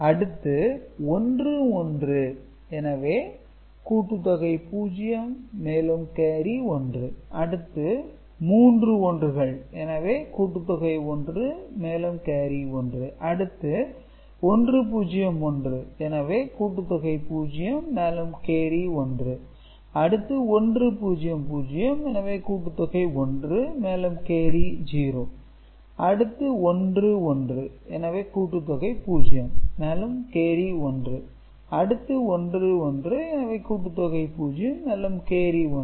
அடுத்து 11 எனவே கூட்டுத்தொகை 0 மேலும் கேரி 1 அடுத்து மூன்று 1 கள் எனவே கூட்டுத்தொகை 1 மேலும் கேரி 1 அடுத்து 101 எனவே கூட்டுத்தொகை 0 மேலும் கேரி 1 அடுத்து 100 எனவே கூட்டுத்தொகை 1 மேலும் கேரி 0 அடுத்து 11 எனவே கூட்டுத்தொகை 0 மேலும் கேரி 1 அடுத்து 11 எனவே கூட்டுத்தொகை 0 மேலும் கேரி 1